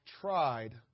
tried